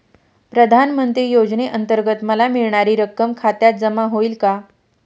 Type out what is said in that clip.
प्रधानमंत्री योजनेअंतर्गत मला मिळणारी रक्कम खात्यात जमा होईल का?